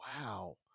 wow